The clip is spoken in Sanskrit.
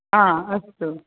हा अस्तु